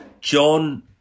John